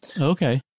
Okay